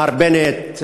מר בנט,